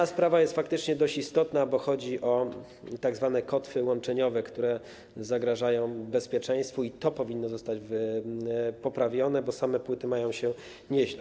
A sprawa faktycznie jest dość istotna, bo chodzi o tzw. kotwy łączeniowe, które zagrażają bezpieczeństwu, i to powinno zostać poprawione, bo same płyty mają się nieźle.